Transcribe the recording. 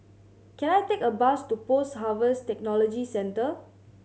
can I take a bus to Post Harvest Technology Centre